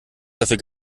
dafür